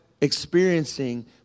experiencing